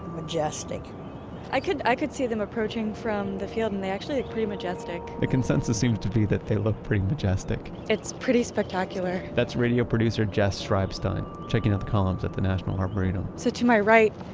majestic i could i could see them approaching from the field and they actually look pretty majestic the consensus seems to be that they look pretty majestic it's pretty spectacular that's radio producer jess schreibstein, checking out the columns at the national arboretum so to my right,